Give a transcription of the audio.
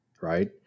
right